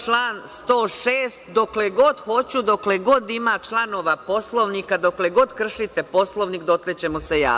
Član 106. dokle god hoću dokle god ima članova Poslovnika, dokle god kršite Poslovnik dotle ćemo se javljati.